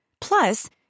Plus